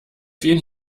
vielen